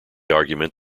argument